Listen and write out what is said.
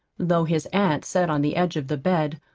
though his aunt sat on the edge of the bed,